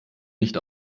nicht